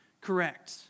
correct